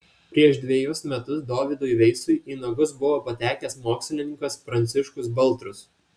prieš dvejus metus dovydui veisui į nagus buvo patekęs mokslininkas pranciškus baltrus